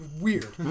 weird